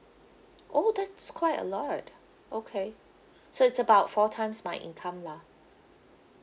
oh that's quite a lot okay so it's about four times my income lah